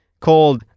called